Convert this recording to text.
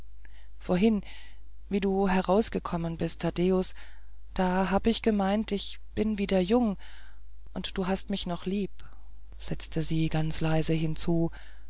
vorhin wie du herausgekommen bist thaddäus da hab ich gemeint ich bin wieder jung und du hast mich noch lieb setzte sie ganz leise hinzu